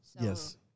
Yes